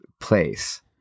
place